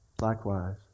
Likewise